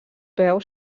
peu